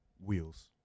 wheels